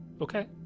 okay